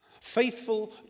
faithful